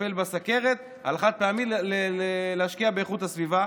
לטפל בסוכרת ובחד-פעמי להשקיע באיכות הסביבה.